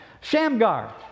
Shamgar